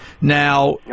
Now